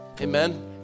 Amen